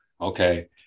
Okay